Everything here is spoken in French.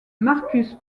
marcus